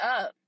up